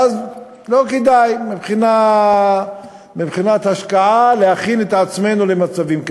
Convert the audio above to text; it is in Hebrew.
ואז לא כדאי מבחינת השקעה להכין את עצמנו למצבים כאלה.